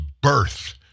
birth